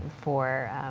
for